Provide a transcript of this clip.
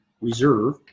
reserve